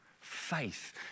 Faith